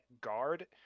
guard